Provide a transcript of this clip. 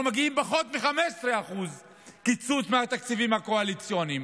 אנחנו מגיעים לפחות מ-15% קיצוץ מהתקציבים הקואליציוניים.